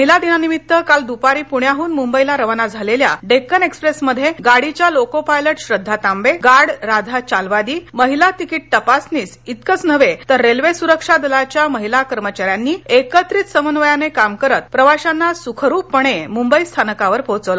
महिला दिनानिमित्त काल दुपारी पुण्याहन मुंबईला रवाना झालेल्या डेक्कन ऐक्सप्रेस मध्ये गाडी च्या loco pilot Shraddha Tambe guard Radha Chalwadi महिला तिकीट तपासनिस इतकंच नव्हे तर रेल्वे सुरक्षा दलाच्या महिला कर्मचार्यांनी एकत्रित समन्वयाने काम करत प्रवाशांना सुखरूप पणे मुंबई स्थानकावर पोहचवल